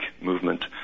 movement